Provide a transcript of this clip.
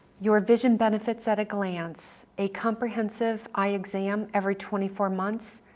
your vision benefits at a glance. a comprehensive eye exam every twenty four months,